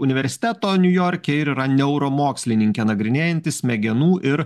universiteto niujorke ir yra neuromokslininkė nagrinėjanti smegenų ir